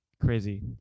crazy